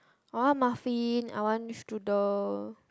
I want muffin I want strudel